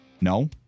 No